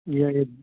ꯌꯥꯏꯌꯦ